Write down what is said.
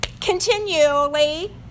continually